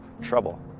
trouble